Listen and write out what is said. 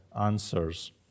answers